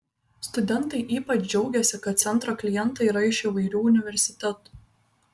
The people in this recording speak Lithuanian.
studentai ypač džiaugėsi kad centro klientai yra iš įvairių universitetų